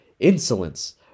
insolence